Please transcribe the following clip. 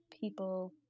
people